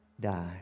die